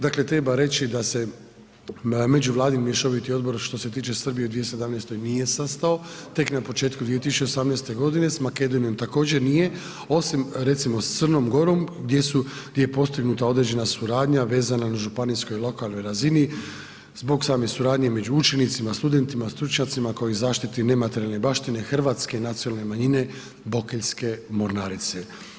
Dakle, treba reći da se međuvladin mješoviti odbor što se tiče Srbije u 2017. nije sastao tek na početku 2018. godine, s Makedonijom također nije, osim recimo s Crnom Gorom gdje je postignuta određena suradnja vezana na županijskoj i lokalnoj razini zbog same suradnje među učenicima, studentima, stručnjacima kao i zaštiti nematerijalne baštine hrvatske nacionalne manjine Bokeljske mornarice.